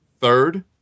third